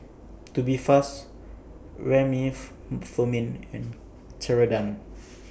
Tubifast and Ceradan